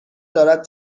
دارد